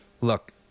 Look